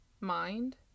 mind